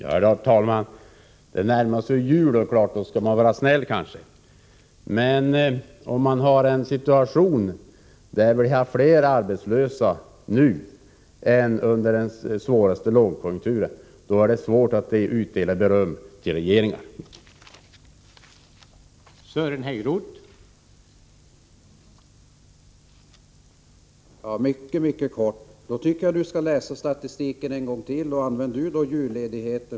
Herr talman! Det närmar sig jul, och då skall man kanske vara snäll. Men när vi befinner oss i en situation då vi har fler arbetslösa än under den svåraste lågkonjunkturen är det svårt att utdela beröm till regeringar.